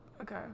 Okay